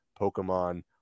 Pokemon